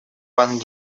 пан